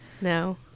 No